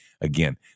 Again